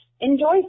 enjoy